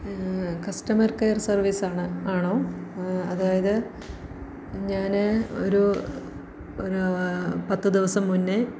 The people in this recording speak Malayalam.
കസ്റ്റമർ കെയർ സർവ്വീസാണ് ആണോ അതായത് ഞാന് ഒരു ഒര് പത്ത് ദിവസം മുന്നേ